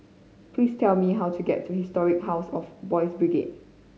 please tell me how to get to Historic House of Boys' Brigade